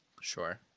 Sure